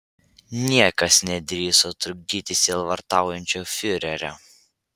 niekas nedrįso trukdyti sielvartaujančio fiurerio